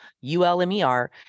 U-L-M-E-R